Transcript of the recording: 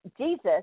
Jesus